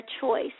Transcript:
choice